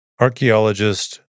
Archaeologist